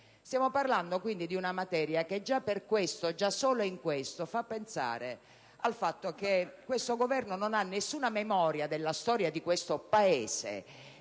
Stiamo parlando quindi di una materia che già solo in questo e solo per questo fa pensare al fatto che l'attuale Governo non ha nessuna memoria della storia del nostro Paese